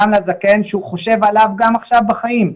גם לזקן שהוא חושב עליו גם עכשיו בחיים,